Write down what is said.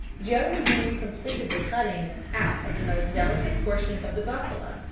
joe and henri completed the cutting out of the most delicate portions of the buffalo,